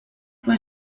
fue